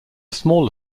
smaller